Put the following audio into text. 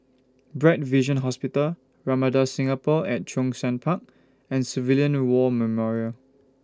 Bright Vision Hospital Ramada Singapore At Zhongshan Park and Civilian War Memorial